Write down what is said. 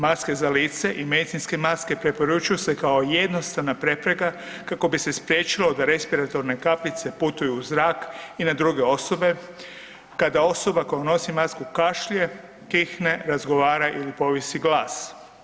Maske za lice i medicinske maske preporučuju se kao jednostavna prepreka kako bi se spriječilo da respiratorne kapljice putuju u zrak i na druge osobe, kada osoba koja nosi masku kašlje, kihne, razgovara ili povisi glas.